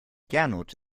gernot